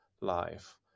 life